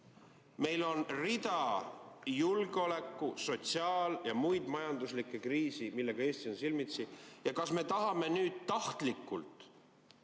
Meil on rida julgeoleku-, sotsiaal- ja muid, majanduslikke kriise, millega Eesti on silmitsi. Kas me tahame nüüd tahtlikult